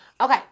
okay